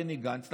בני גנץ.